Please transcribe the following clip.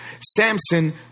Samson